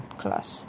class